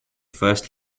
first